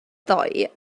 ddoe